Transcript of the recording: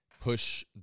push